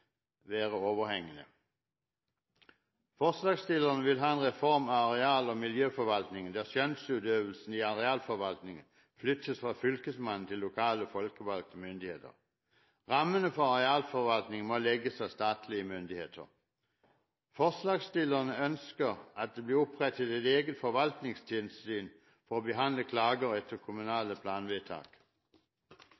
være overhengende. Forslagsstillerne vil ha en reform av areal- og miljøforvaltningen der skjønnsutøvelsen i arealforvaltningen flyttes fra Fylkesmannen til lokale, folkevalgte myndigheter. Rammene for arealforvaltningen må legges av statlige myndigheter. Forslagsstillerne ønsker at det blir opprettet et eget forvaltningstilsyn for å behandle klager etter